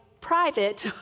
private